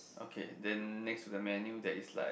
okay then next to the menu there is like